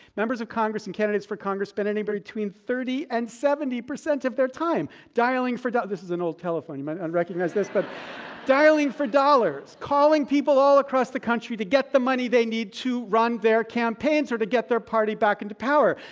members of congress and candidates for congress spend anywhere between thirty and seventy percent of their time dialing for this is an old telephone, you might not and recognize this but dialing for dollars. calling people all across the country to get the money they need to run their campaigns, or to get their party back into power.